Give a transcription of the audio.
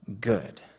good